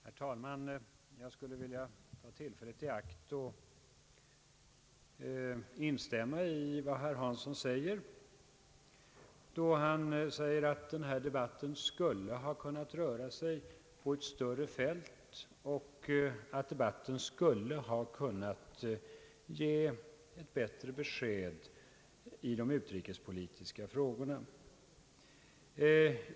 Herr talman! Jag skulle vilja ta tillfället i akt och instämma i vad herr Hansson säger, då han anför att denna debatt skulle ha kunnat röra sig på ett större fält och att debatten skulle ha kunnat ge ett bättre besked i de utrikespolitiska frågorna.